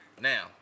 Now